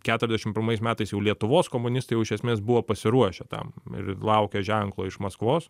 keturiasdešim pirmais metais jau lietuvos komunistai jau iš esmės buvo pasiruošę tam ir laukė ženklo iš maskvos